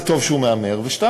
זה טוב שהוא מהמר, ו-2.